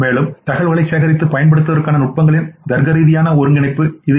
மேலும் தகவல்களைச் சேகரித்துப் பயன்படுத்துவதற்கான நுட்பங்களின் தர்க்கரீதியான ஒருங்கிணைப்பு இது